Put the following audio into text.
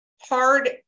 hard